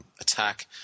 attack